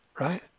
right